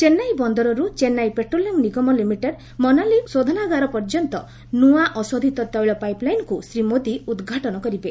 ଚେନ୍ନାଇ ବନ୍ଦରରୁ ଚେନ୍ନାଇ ପେଟ୍ରୋଲିୟମ ନିଗମ ଲିମିଟେଡ ମନାଲି ଶୋଧନାଗାର ପର୍ଯ୍ୟନ୍ତ ନୂଆ ଅଶୋଧୂତ ତେଳ ପାଇପ୍ଲାଇନ୍କୁ ଶ୍ରୀ ମୋଦି ଉଦ୍ଘାଟନ କରିବେ